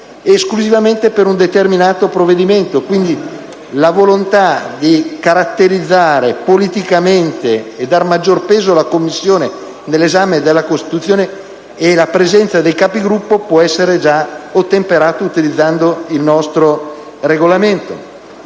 esclusivamente per un determinato disegno di legge. Quindi, la volontà di caratterizzare politicamente e dar maggior peso alla Commissione nell'esame della Costituzione con la presenza dei Capigruppo può essere ottemperata utilizzando il Regolamento